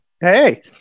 Hey